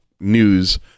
news